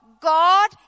God